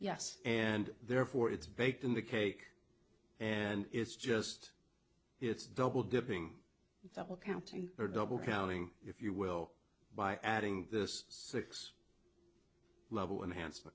yes and therefore it's baked in the cake and it's just it's double dipping double counting or double counting if you will by adding this six level enhanced